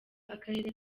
akarere